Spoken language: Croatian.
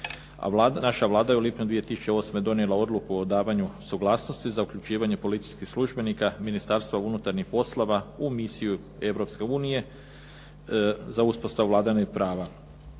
naša Vlada je u lipnju 2008. donijela odluku o davanju suglasnosti za uključivanje policijskih službenika Ministarstva unutarnjih poslova u misiju Europske unije za uspostavu vladavine prava